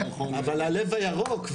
אבל הלב הירוק,